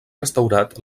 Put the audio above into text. restaurat